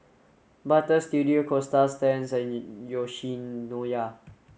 Butter Studio Coasta Stands and Yoshinoya